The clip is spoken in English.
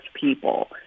people